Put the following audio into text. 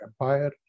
empire